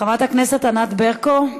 חברת הכנסת ענת ברקו.